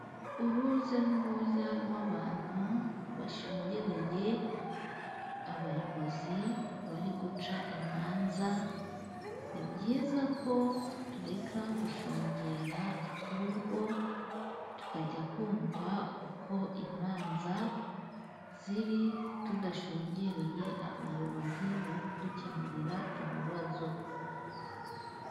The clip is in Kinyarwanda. Urujya n'uruza rw'abantu bashungereye abayobozi bari guca imanza, ni byiza ko tureka gushungera, ahubwo tukajya kumva uko imanza ziri tudashungereye abayobozi bari kudukemurira ibibazo.